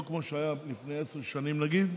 לא כמו שהיה לפני עשר שנים, נגיד.